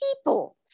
people